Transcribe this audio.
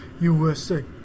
USA